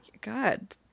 God